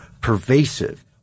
pervasive